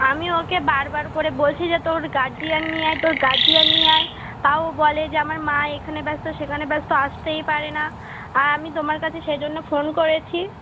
আমি ওকে বারবার করে বলছি যে তোর গার্জিয়ান নিয়ে আয় তোর গার্জিয়ান নিয়ে আয় তাও ও বলে যে আমার মা এখানে ব্যস্ত সেখানে ব্যস্ত আসতেই পারে না আর আমি তোমার কাছে সেই জন্য ফোন করেছি